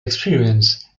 experience